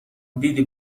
دیدی